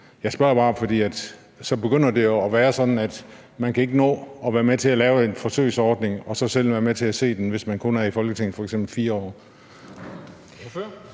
Jeg spørger bare, for så begynder det jo at være sådan, at man ikke kan nå at være med til at lave en forsøgsordning og så selv være med til at se resultatet af den, hvis man f.eks. kun er i Folketinget i 4 år.